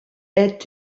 est